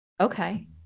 Okay